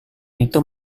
itu